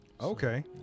Okay